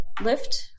lift